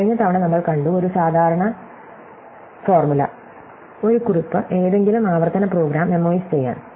കഴിഞ്ഞ തവണ നമ്മൾ കണ്ടു ഒരു സാധാരണ സൂത്രവാക്യം ഒരു കുറിപ്പ് ഏതെങ്കിലും ആവർത്തന പ്രോഗ്രാം മെമ്മോയിസ് ചെയ്യാൻ